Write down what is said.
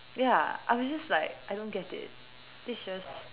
ya I was just like I don't get it this is just